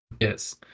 Yes